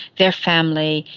their family,